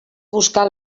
buscar